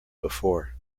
before